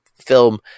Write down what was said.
film